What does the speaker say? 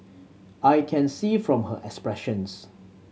I can see from her expressions